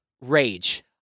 rage